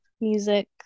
music